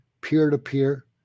peer-to-peer